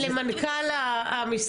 למנכ"ל המשרד לביטחון פנים.